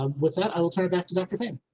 um with that, i'll turn it back to dr. fain